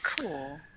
Cool